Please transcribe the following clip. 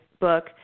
book